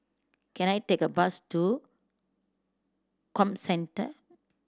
can I take a bus to Comcentre